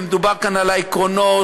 ומדובר כאן על העקרונות,